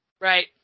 Right